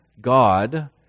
God